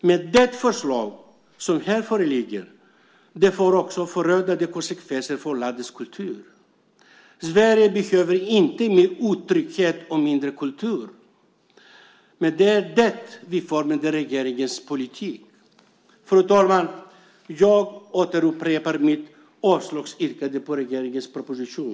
Men det förslag som här föreligger får också förödande konsekvenser för landets kultur. Sverige behöver inte mer otrygghet och mindre kultur, men det är vad vi får med regeringens politik. Fru talman! Jag upprepar mitt avslagsyrkande på regeringens proposition.